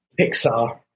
Pixar